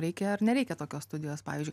reikia ar nereikia tokios studijos pavyzdžiui